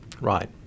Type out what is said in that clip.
Right